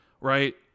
right